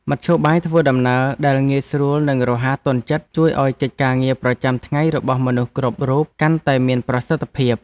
មធ្យោបាយធ្វើដំណើរដែលងាយស្រួលនិងរហ័សទាន់ចិត្តជួយឱ្យកិច្ចការងារប្រចាំថ្ងៃរបស់មនុស្សគ្រប់រូបកាន់តែមានប្រសិទ្ធភាព។